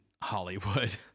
Hollywood